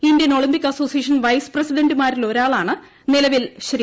Indian Olympic association vice പ്രസിഡന്റുമാരിൽ ഒരാളാണ് നിലവിൽ ശ്രീ